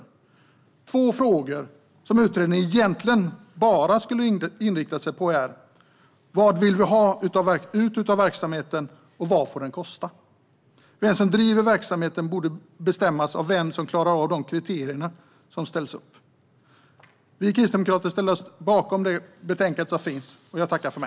De två frågor som utredningen egentligen borde inrikta sig på är: Vad vill vi ha ut av verksamheten, och vad får den kosta? Vem som driver verksamheten borde bestämmas av vilka som klarar av de kriterier som ställs upp. Vi kristdemokrater ställer oss bakom förslaget i betänkandet.